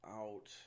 out